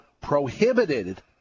prohibited